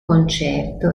concerto